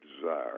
desire